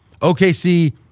OKC